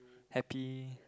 happy